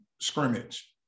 scrimmage